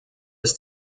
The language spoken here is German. ist